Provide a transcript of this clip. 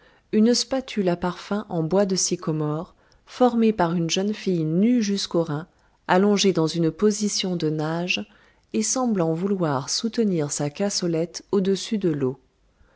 une spatule à parfums en bois de sycomore formée par une jeune fille nue jusqu'aux reins allongée dans une position de nage et semblant vouloir soutenir sa cassolette au-dessus de l'eau